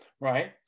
right